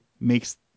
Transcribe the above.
makes